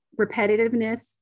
repetitiveness